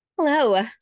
Hello